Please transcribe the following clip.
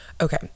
Okay